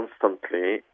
constantly